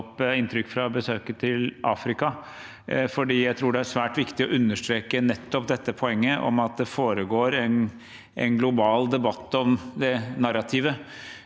inntrykk fra besøket i Afrika. Jeg tror det er svært viktig å understreke nettopp dette poenget – at det foregår en global debatt om narrativet.